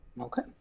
Okay